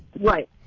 right